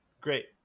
great